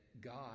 God